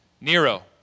nero